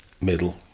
middle